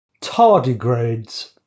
Tardigrades